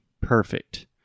Perfect